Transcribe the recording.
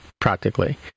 practically